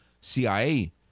CIA